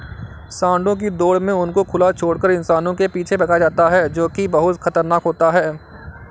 सांडों की दौड़ में उनको खुला छोड़कर इंसानों के पीछे भगाया जाता है जो की बहुत खतरनाक होता है